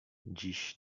dziś